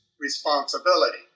responsibility